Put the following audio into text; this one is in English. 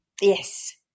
Yes